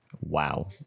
Wow